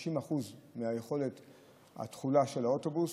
המשמעות היא 50% מהתכולה של האוטובוס,